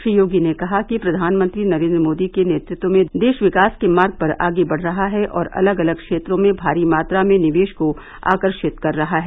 श्री योगी ने कहा कि प्रधानमंत्री नरेन्द्र मोदी के नेतृत्व में देश विकास के मार्ग पर आगे बढ़ रहा है और अलग अलग क्षेत्रों में भारी मात्रा में निवेश को आकर्षित कर रहा है